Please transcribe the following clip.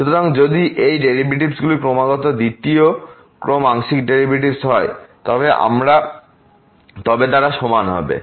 সুতরাং যদি এই ডেরিভেটিভগুলি ক্রমাগত দ্বিতীয় ক্রম আংশিক ডেরিভেটিভস হয় তবে তারা সমান হবে